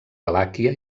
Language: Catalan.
valàquia